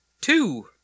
two